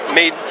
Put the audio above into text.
made